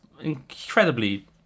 incredibly